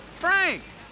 Frank